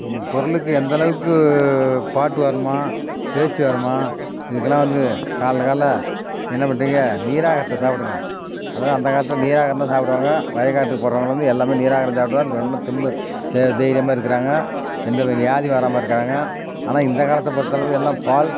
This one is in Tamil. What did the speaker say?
உங்கள் குரலுக்கு எந்த அளவுக்கு பாட்டு வரணுமா பேச்சு வருமா இதுக்கெல்லாம் வந்து காலையில் காலையில் நீங்கள் என்ன பண்ணுறிங்க நீர் ஆகாரத்தை சாப்பிடுங்க அதோ அந்த காலத்தில் நீர் ஆகாரம் தான் சாப்பிடுவாங்க வயக்காட்டுக்கு போகிறவுங்கள்ல இருந்து எல்லாமே நீர் ஆகாரம் சாப்பிட்டு தான் ரொம்ப தெம்பு இப்போ தைரியமாக இருக்கிறாங்க எந்தமாரி வியாதியும் வராமல் இருக்காங்க ஆனால் இந்த காலத்தை பொறுத்தளவு எல்லா பால்